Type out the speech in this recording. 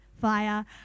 fire